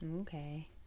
Okay